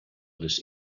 les